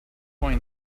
coin